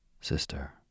Sister